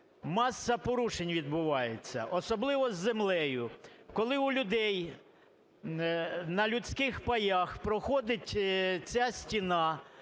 маса порушень відбувається, особливо з землею, коли у людей, на людських паях проходить ця стіна.